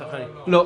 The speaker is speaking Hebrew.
לא.